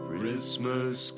Christmas